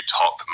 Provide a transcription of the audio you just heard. top